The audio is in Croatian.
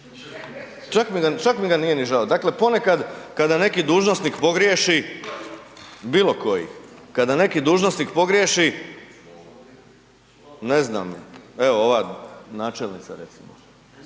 Čak mi ga nije ni žao, dakle ponekad kada neki dužnosnik pogriješi, bilo koji, kada neki dužnosnik pogriješi, ne znam, evo ova načelnica recimo,